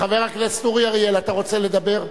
חבר הכנסת אורי אריאל, אתה רוצה לדבר?